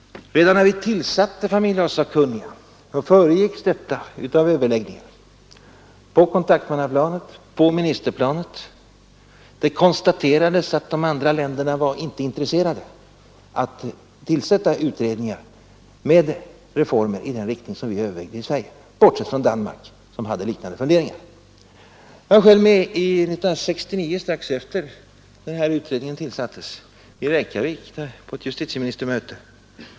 Redan tillsättandet av familjelagssakkunniga föregicks av överläggningar på kontaktmannaplanet och på ministerplanet. Det konstaterades att de andra länderna inte var intresserade av att tillsätta utredningar för reformer i den riktning som vi övervägde i Sverige, bortsett från Danmark där man hade liknande funderingar. Jag var själv 1969, strax efter det att denna utredning tillsattes, med i Reykjavik på ett justitieministermöte.